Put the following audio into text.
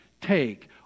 take